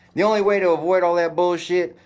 the only way to avoid all that bullshit,